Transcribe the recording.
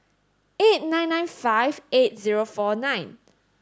eight nine nine five eight zero four nine